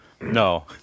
No